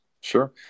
Sure